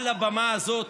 על הבמה הזאת,